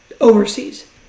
overseas